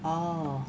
orh